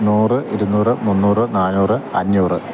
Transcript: നൂറ് ഇരുന്നൂറ് മുന്നൂറ് നാനൂറ് അഞ്ഞൂറ്